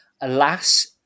Alas